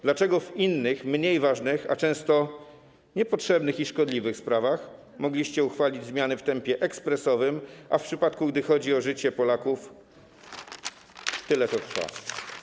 Dlaczego w innych, mniej ważnych, a często niepotrzebnych i szkodliwych, sprawach mogliście uchwalić zmiany w tempie ekspresowym, a kiedy chodzi o życie Polaków, tyle to trwa?